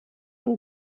und